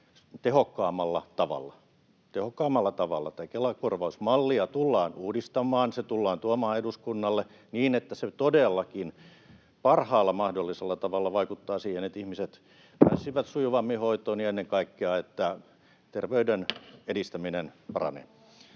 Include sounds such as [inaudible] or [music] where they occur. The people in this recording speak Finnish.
70 miljoonaa euroa tehokkaammalla tavalla. Kela-korvausmallia tullaan uudistamaan, ja se tullaan tuomaan eduskunnalle, niin että se todellakin parhaalla mahdollisella tavalla vaikuttaa siihen, että ihmiset pääsisivät sujuvammin hoitoon ja ennen kaikkea [noise] että terveyden edistäminen paranee.